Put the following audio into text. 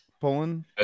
Poland